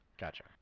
Gotcha